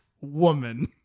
woman